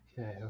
Okay